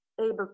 able